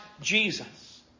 Jesus